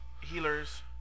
healers